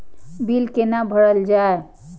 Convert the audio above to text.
Bill कैना भरल जाय?